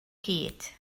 gyd